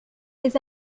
des